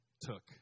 took